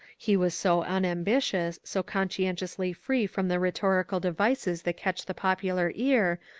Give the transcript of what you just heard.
he was so unambitious, so conscientiously free from the rhetorical devices that catch the popular ear,